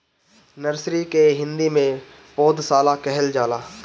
nursery के हिंदी में पौधशाला कहल जाला